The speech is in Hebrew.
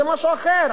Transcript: זה משהו אחר.